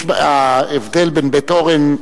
יש הבדל בין בית-אורן,